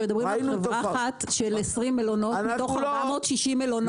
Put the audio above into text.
מדברים חברה אחת של 20 מלונות מתוך 460 מלונות.